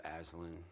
Aslan